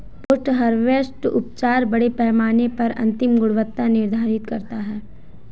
post harvest उपचार बड़े पैमाने पर अंतिम गुणवत्ता निर्धारित करता है